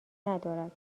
ندارد